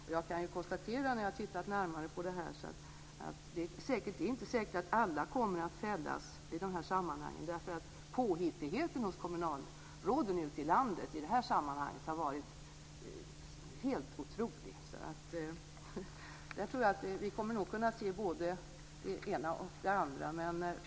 Efter att ha tittat närmare på det här kan jag konstatera att det inte är säkert att alla kommer att fällas, därför att påhittigheten hos kommunalråden ute i landet har varit helt otrolig. Jag tror att vi kommer att kunna se både det ena och det andra.